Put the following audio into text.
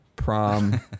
prom